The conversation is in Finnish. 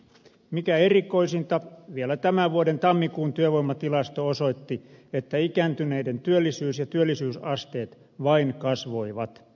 mikä erikoisinta vielä tämän vuoden tammikuun työvoimatilasto osoitti että ikääntyneiden työllisyys ja työllisyysasteet vain kasvoivat